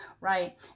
right